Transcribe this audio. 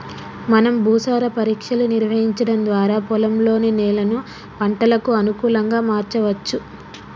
మనం భూసార పరీక్షలు నిర్వహించడం వారా పొలంలోని నేలను పంటలకు అనుకులంగా మార్చవచ్చు